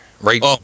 right